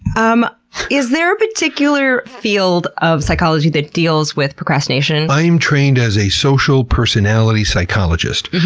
um is there a particular field of psychology that deals with procrastination? i'm trained as a social personality psychologist.